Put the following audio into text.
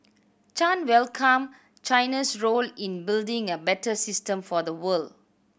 Chan welcomed China's role in building a better system for the world